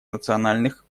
национальных